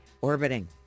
Orbiting